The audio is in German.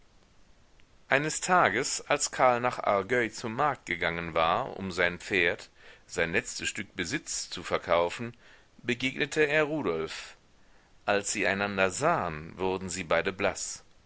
eines tages als karl nach argueil zum markt gegangen war um sein pferd sein letztes stück besitz zu verkaufen begegnete er rudolf als sie einander sahn wurden sie beide blaß